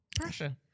Pressure